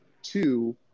Two